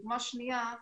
דוגמה שנייה.